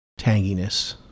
tanginess